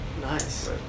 Nice